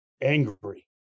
angry